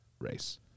race